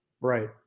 Right